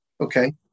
Okay